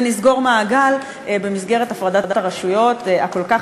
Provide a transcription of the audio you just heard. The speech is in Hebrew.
ונסגור מעגל במסגרת הפרדת הרשויות הכל-כך